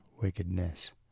wickedness